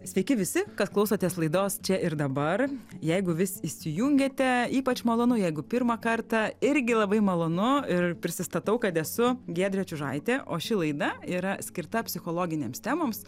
sveiki visi kas klausotės laidos čia ir dabar jeigu vis įsijungiate ypač malonu jeigu pirmą kartą irgi labai malonu ir prisistatau kad esu giedrė čiužaitė o ši laida yra skirta psichologinėms temoms